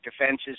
defenses